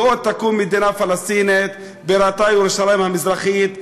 ועוד תקום מדינה פלסטינית שבירתה ירושלים המזרחית,